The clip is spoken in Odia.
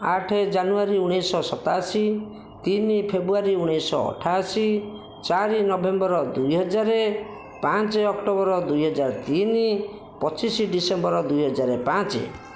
ଆଠ ଜାନୁଆରୀ ଉଣେଇଶହ ସତାଅଶି ତିନି ଫେବୃଆରୀ ଉଣେଇଶହ ଅଠାଅଶି ଚାରି ନଭେମ୍ବର ଦୁଇ ହଜାର ପାଞ୍ଚ ଅକ୍ଟୋବର ଦୁଇ ହଜାର ତିନି ପଚିଶ ଡିସେମ୍ବର ଦୁଇ ହଜାର ପାଞ୍ଚ